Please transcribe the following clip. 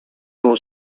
more